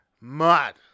Mad